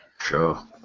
Sure